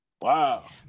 Wow